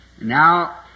Now